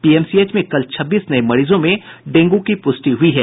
PMCH में कल छब्बीस नये मरीजों में डेंगू की पुष्टि हुई है